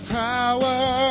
power